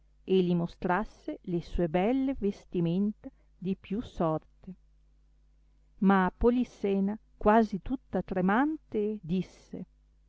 li mostrasse le sue belle vestimenta di più sorte ma polissena quasi tutta tremante disse